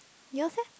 yours leh